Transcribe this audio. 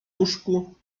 łóżku